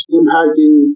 impacting